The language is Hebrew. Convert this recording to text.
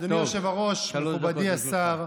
אדוני היושב-ראש, מכובדי השר,